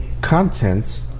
content